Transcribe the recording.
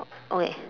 okay